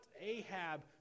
ahab